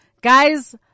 guys